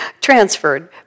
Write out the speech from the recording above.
Transferred